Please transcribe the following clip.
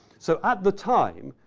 so, at the time,